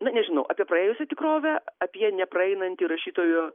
na nežinau apie praėjusią tikrovę apie nepraeinantį rašytojo